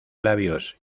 labios